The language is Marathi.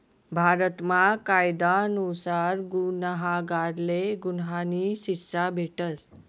भारतमा कायदा नुसार गुन्हागारले गुन्हानी शिक्षा भेटस